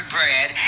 Bread